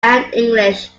english